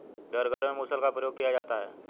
घर घर में मुसल का प्रयोग किया जाता है